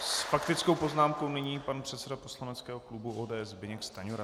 S faktickou poznámkou nyní pan předseda poslaneckého klubu ODS Zbyněk Stanjura.